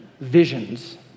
visions